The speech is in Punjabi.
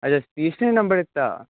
ਅੱਛਾ ਸਤੀਸ਼ ਨੇ ਨੰਬਰ ਦਿੱਤਾ